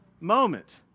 moment